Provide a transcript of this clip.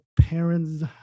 parents